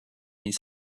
his